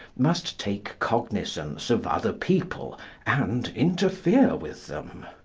must take cognisance of other people and interfere with them.